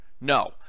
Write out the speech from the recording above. No